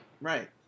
Right